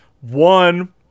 One